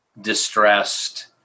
distressed